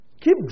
Keep